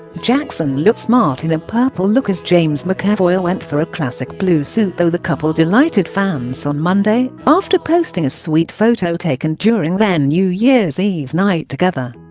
jackson looked smart in a purple look as james mcavoy went for a classic blue suit though the couple delighted fans on monday after posting a sweet photo taken during their new year's eve night together